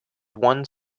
one